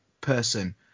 person